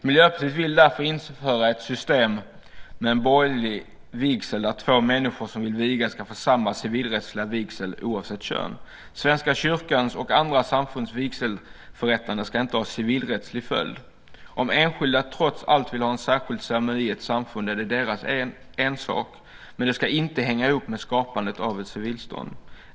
Miljöpartiet vill därför införa ett system med en borgerlig vigsel, att två människor som vill vigas ska få samma civilrättsliga vigsel oavsett kön. Svenska kyrkans och andra samfunds vigselförrättande ska inte ha civilrättslig följd. Om enskilda trots allt vill ha en särskild ceremoni i ett samfund är det deras ensak. Det ska inte hänga ihop med skapandet av ett civilstånd.